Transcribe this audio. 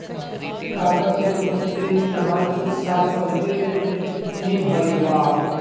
कागज के नोट के इस्तमाल कुछ साल पहिले में ही भईल बा